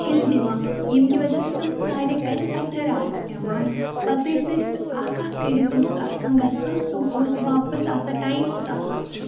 ٹھِل دِوان ییٚمہِ کہِ وجہ سۭتۍ تِم ساریٚے کَنہِ پَتھٕر آسہٕ پٮ۪وان پَتہٕ ٲسۍ أسۍ اکھ اکھ کٔرِتھ اوس آسان گژھُن سُہ اوس واپَس آسان ٹایم اوس آسان